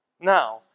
now